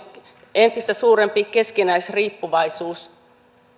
entistä suurempi keskinäisriippuvaisuus